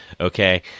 Okay